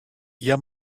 hja